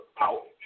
out